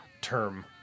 term